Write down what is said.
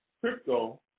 crypto